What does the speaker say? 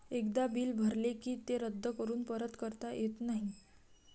एकदा बिल भरले की ते रद्द करून परत करता येत नाही